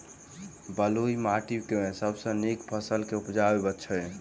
बलुई माटि मे सबसँ नीक फसल केँ उबजई छै?